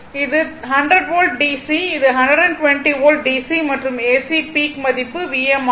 இது 100 volt DC இது 120 volt DC மற்றும் ஏசி பீக் மதிப்பு Vm ஆகும்